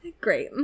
Great